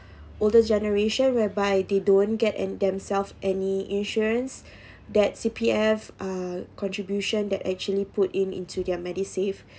older generation whereby they don't get and themselves any insurance that C_P_F uh contribution that actually put in into their MediSave